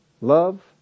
love